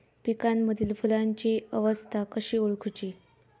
पिकांमदिल फुलांची अवस्था कशी ओळखुची?